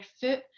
foot